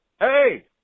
hey